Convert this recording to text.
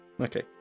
Okay